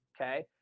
Okay